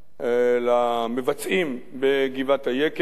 למבצעים בגבעת-היקב,